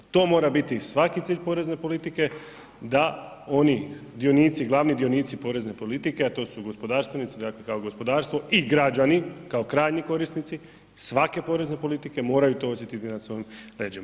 To mora biti svaki cilj porezne politike, da oni dionici, glavni dionici porezne politike, a to su gospodarstvenici, dakle kao gospodarstvo i građani, kao krajnji korisnici, svake porezne politike moraju to osjetiti na svojim leđima.